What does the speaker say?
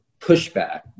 pushback